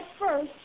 first